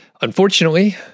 Unfortunately